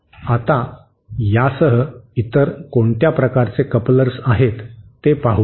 आता यासह इतर कोणत्या प्रकारचे कपलर्स आहेत ते पाहू